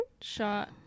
shot